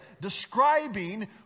Describing